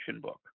book